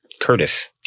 Curtis